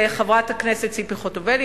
לחברת הכנסת ציפי חוטובלי,